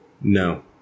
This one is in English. No